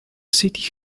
city